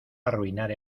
arruinar